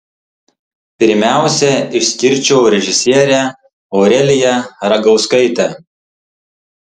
pirmiausia išskirčiau režisierę aureliją ragauskaitę